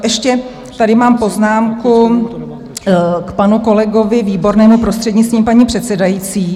Ještě tady mám poznámku k panu kolegovi Výbornému, prostřednictvím paní předsedající.